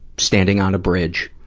standing on a bridge,